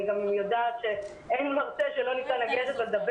אני גם יודעת שאין מרצה שלא ניתן להגיע אליו ולדבר